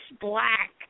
Black